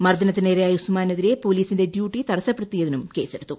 മർദ്ദനത്തിനിരയായ ഉസ്മാനെതിരെ പോലീസിന്റെ ഡ്യൂട്ടി തടസ്സപ്പെടുത്തിയതിനും കേസ്സെടുത്തു